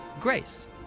grace